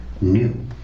new